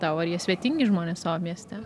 tau ar jie svetingi žmonės savo mieste